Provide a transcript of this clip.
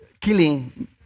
killing